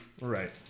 Right